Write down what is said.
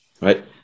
right